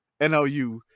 NLU